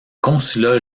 consulat